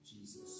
Jesus